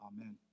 Amen